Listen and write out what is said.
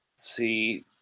See